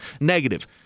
negative